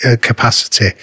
capacity